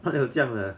他那有这样的